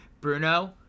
Bruno